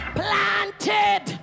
planted